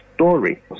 story